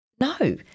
No